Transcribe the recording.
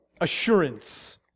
assurance